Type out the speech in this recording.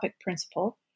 principle